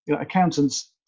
accountants